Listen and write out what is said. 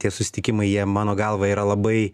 tie susitikimai jie mano galva yra labai